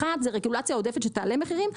הסיבה הראשונה זו רגולציה עודפת שתעלה את המחירים,